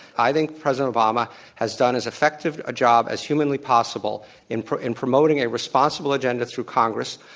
i think president obama has done as effective a job as humanly possible in in promoting a responsible agenda through congress.